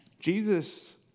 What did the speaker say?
Jesus